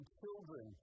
children